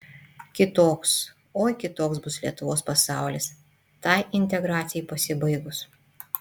kitoks oi kitoks bus lietuvos pasaulis tai integracijai pasibaigus